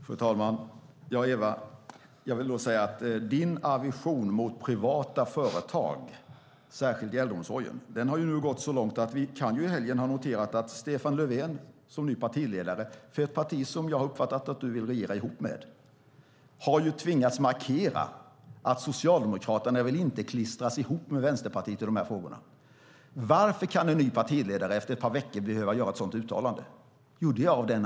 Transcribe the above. Fru talman! Din aversion mot privata företag, Eva Olofsson, särskilt i äldreomsorgen, har nu gått så långt att vi i helgen har noterat att Stefan Lövfen som ny partiledare för ett parti som jag har uppfattat att du vill regera ihop med har tvingats markera att Socialdemokraterna inte vill klistras ihop med Vänsterpartiet i dessa frågor. Varför kan en ny partiledare efter ett par veckor behöva göra ett sådant uttalande?